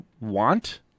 want